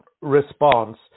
response